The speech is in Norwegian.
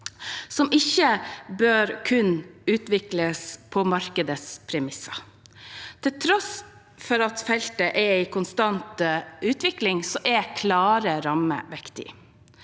som ikke kun bør utvikles på markedets premisser. Til tross for at feltet er i konstant utvikling, er klare rammer viktig.